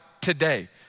today